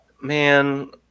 man